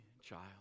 child